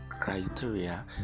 criteria